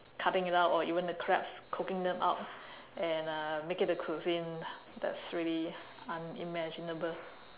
cutting it out or even the crabs cooking them up and uh make it a cuisine that's really unimaginable